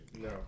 no